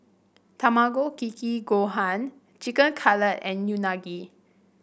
Tamago Kake Gohan Chicken Cutlet and Unagi